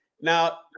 Now